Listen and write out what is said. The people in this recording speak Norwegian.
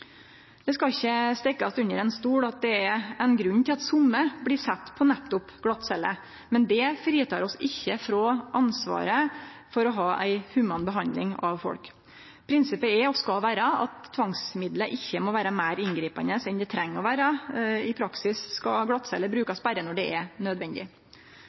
Det er ikkje til å stikke under stol at det er ein grunn til at nokre blir sette på nettopp glattcelle, men det fritek oss ikkje frå ansvaret for å ha ei human behandling av folk. Prinsippet er og skal vere at tvangsmiddel ikkje må vere meir inngripande enn det treng å vere. I praksis skal glattcelle brukast berre når det er nødvendig.